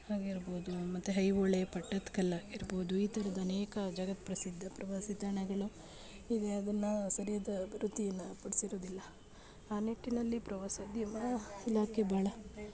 ಆಗಿರ್ಬೋದು ಮತ್ತೆ ಐಹೊಳೆ ಪಟ್ಟದ ಕಲ್ಲಾಗಿರ್ಬೋದು ಈ ಥರದ ಅನೇಕ ಜಗತ್ಪ್ರಸಿದ್ಧ ಪ್ರವಾಸಿ ತಾಣಗಳು ಇದು ಅದನ್ನ ಸರಿಯಾದ ಅಭಿವೃದ್ಧಿಯನ್ನು ಪಡಿಸಿರೋದಿಲ್ಲ ಆ ನಿಟ್ಟಿನಲ್ಲಿ ಪ್ರವಾಸೋದ್ಯಮ ಇಲಾಖೆ ಭಾಳ